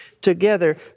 together